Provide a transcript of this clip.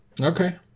Okay